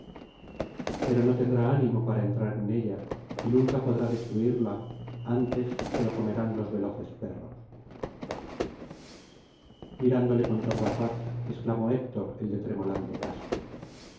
pero no tendrá ánimo para entrar en ella y nunca podrá destruirla antes se lo comerán los veloces perros mirándole con torva faz exclamó héctor el de tremolante casco